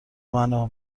منو